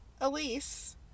Elise